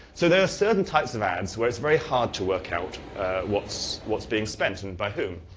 so there are certain times of ads where it's very hard to work out what's what's being spent and by who?